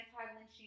anti-lynching